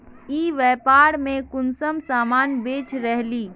ई व्यापार में कुंसम सामान बेच रहली?